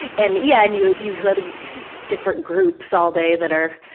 and yeah and you you go to different groups all day that are